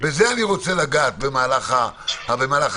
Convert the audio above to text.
בזה אני רוצה לגעת במהלך הדרך.